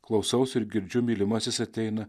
klausausi ir girdžiu mylimasis ateina